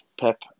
Pep